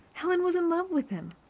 helen was in love with him.